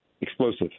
Explosive